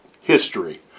history